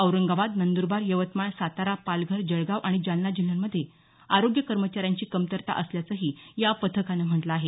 औरंगाबाद नंदरबार यवतमाळ सातारा पालघर जळगांव आणि जालना जिल्ह्यांमध्ये आरोग्य कर्मचाऱ्यांची कमतरता असल्याचंही या पथकानं म्हटलं आहे